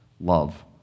love